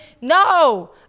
No